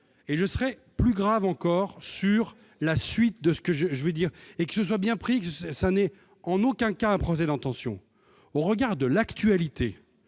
et je serai plus grave encore, sur la suite de ce que je, je veux dire et que ce soit bien pris du, ça n'est en aucun cas un procès d'intention au regard de l'actualité,